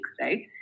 right